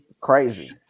Crazy